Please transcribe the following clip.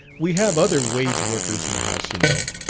we have other wage-workers in the house, you know.